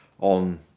on